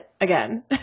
again